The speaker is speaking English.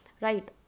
Right